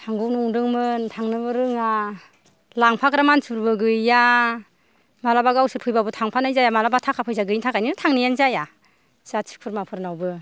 थांगौ नंदोंमोन थांनोबो रोङा लांफाग्रा मानसिफोरबो गैया माब्लाबा गावसोर फैब्लाबो थांफानाय जाया थाखा फैसा गैयिनि थाखायनो थांनायानो जाया जाथि खुमाफोरनावबो